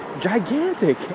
gigantic